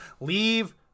Leave